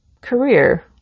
career